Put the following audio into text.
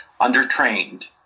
under-trained